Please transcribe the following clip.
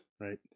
right